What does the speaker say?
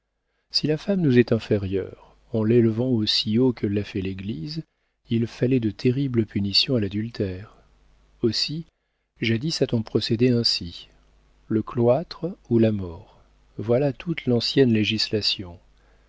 si la femme nous est inférieure en l'élevant aussi haut que l'a fait l'église il fallait de terribles punitions à l'adultère aussi jadis a-t-on procédé ainsi le cloître ou la mort voilà toute l'ancienne législation